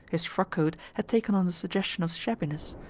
his frockcoat had taken on a suggestion of shabbiness,